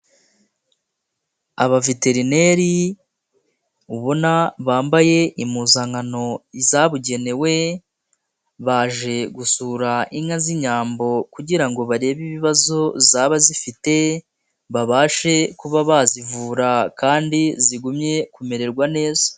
Abaveterineri ubona bambaye impuzankano zabugenewe, baje gusura inka z'inyambo kugira barebe ibibazo zaba zifite, babashe kuba bazivura kandi zigumye kumererwa neza.